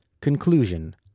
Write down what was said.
Conclusion